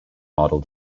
model